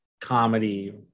comedy